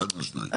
אחת מהשתיים.